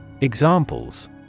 Examples